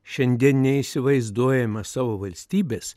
šiandien neįsivaizduojame savo valstybės